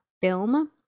film